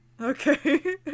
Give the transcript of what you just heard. Okay